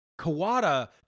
Kawada